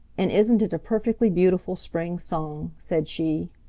and isn't it a perfectly beautiful spring song? said she.